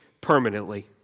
permanently